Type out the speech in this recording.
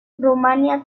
rumania